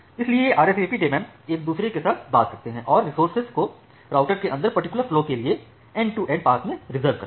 इसलिए ये RSVP daemon एक दूसरे के साथ बात करते हैं और रिसोर्स को राउटर के अंदर पर्टिकुलर फ्लो के लिए एंड टू एंड पाथ में रिज़र्व करते हैं